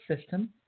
system